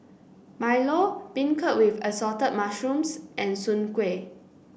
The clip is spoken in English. Milo beancurd with Assorted Mushrooms and Soon Kuih